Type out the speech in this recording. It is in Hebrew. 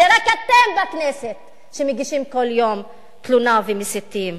זה רק אתם בכנסת שמגישים כל יום תלונה ומסיתים.